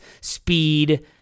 speed